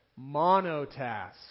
Monotask